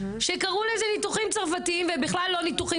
שקראו לזה ניתוחים צרפתיים ואלה בכלל לא ניתוחים